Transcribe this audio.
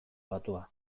batua